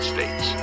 States